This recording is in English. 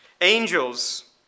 angels